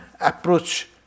approach